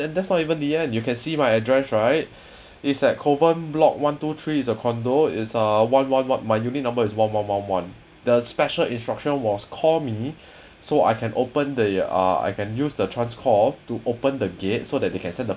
and that's not even the end you can see my address right is at kovan block one two three is a condo is uh one one one my unit number is one one one one the special instruction was call me so I can open the uh I can use the transcom to open the gate so that they can send the